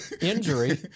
injury